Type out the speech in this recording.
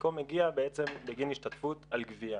וחלקו מגיע בעצם בגין השתתפות על גביה.